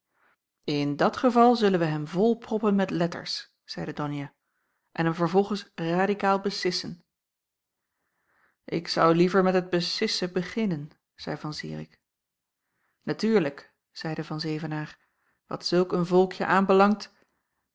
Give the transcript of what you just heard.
in dat geval zullen wij hem volproppen met letters zeide donia en hem vervolgens radikaal besissen ik zou liever met het besissen beginnen zeî van zirik natuurlijk zeide van zevenaer wat zulk een volkje aanbelangt